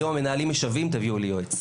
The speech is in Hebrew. היום המנהלים משווים תביאו לי יעוץ.